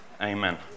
Amen